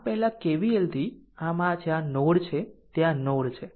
આમ પહેલા KVLથી આમ આ છે આ એક નોડ છે ત્યાં નોડ છે